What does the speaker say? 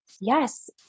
yes